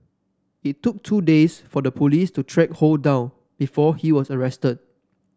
it took two days for the police to track Ho down before he was arrested